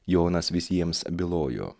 jonas visiems bylojo